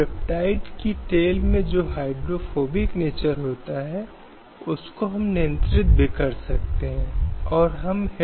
slide समय संदर्भ 0630 अब ये कुछ मूल अधिकार हैं जो वहां हैं